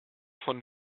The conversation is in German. von